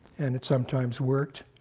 and it sometimes worked.